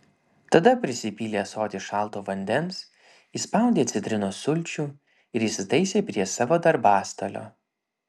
tada prisipylė ąsotį šalto vandens įspaudė citrinos sulčių ir įsitaisė prie savo darbastalio